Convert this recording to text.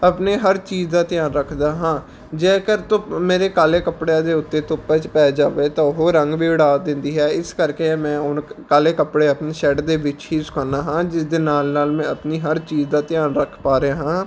ਆਪਣੇ ਹਰ ਚੀਜ਼ ਦਾ ਧਿਆਨ ਰੱਖਦਾ ਹਾਂ ਜੇਕਰ ਧੁੱਪ ਮੇਰੇ ਕਾਲੇ ਕੱਪੜਿਆਂ ਦੇ ਉੱਤੇ ਧੁੱਪਾਂ 'ਚ ਪੈ ਜਾਵੇ ਤਾਂ ਉਹ ਰੰਗ ਵੀ ਉਡਾ ਦਿੰਦੀ ਹੈ ਇਸ ਕਰਕੇ ਮੈਂ ਹੁਣ ਕਾਲੇ ਕੱਪੜੇ ਆਪਣੇ ਸ਼ੈੱਡ ਦੇ ਵਿੱਚ ਹੀ ਸੁਕਾਉਂਦਾ ਹਾਂ ਜਿਸ ਦੇ ਨਾਲ ਨਾਲ ਮੈਂ ਆਪਣੀ ਹਰ ਚੀਜ਼ ਦਾ ਧਿਆਨ ਰੱਖ ਪਾ ਰਿਹਾ ਹਾਂ